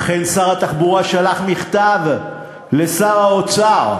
אכן, שר התחבורה שלח מכתב לשר האוצר,